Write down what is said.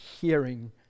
hearing